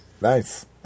nice